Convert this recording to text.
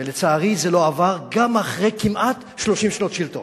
ולצערי זה לא עבר גם אחרי כמעט 30 שנות שלטון.